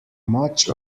much